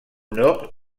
nord